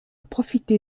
profiter